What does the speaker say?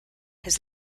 his